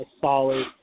solid